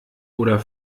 oder